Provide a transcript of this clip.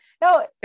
no